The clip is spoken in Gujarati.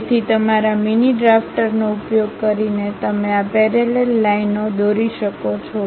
તેથી તમારા મીની ડ્રાફ્ટરનો ઉપયોગ કરીને તમે આ પેરેલલ લાઈન ઓ દોરી શકો છો